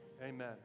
amen